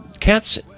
Cats